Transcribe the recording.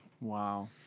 Wow